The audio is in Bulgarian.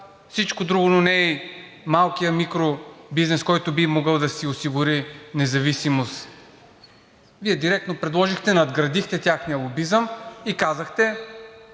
всичко друго, но не и малкия микробизнес, който би могъл да осигури независимост. Вие директно предложихте, надградихте техния лобизъм и казахте: